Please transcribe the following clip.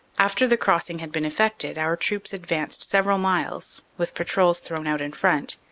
after the crossing had been effected, our troops advanced several miles, with patrols thrown out in front,